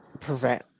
Prevent